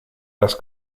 las